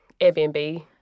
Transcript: Airbnb